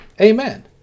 Amen